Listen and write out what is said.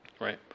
Right